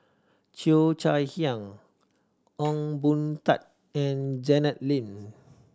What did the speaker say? Cheo Chai Hiang Ong Boon Tat and Janet Lim